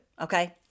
Okay